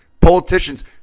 politicians